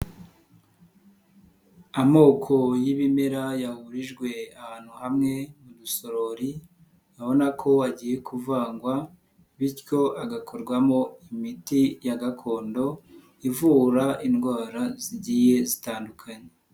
Amoko y'ibimera yahurijwe ahantu hamwe mu dusorori urabona ko agiye kuvangwa bityo agakorwamo imiti ya gakondo ivura indwara zigiye zitandukanye.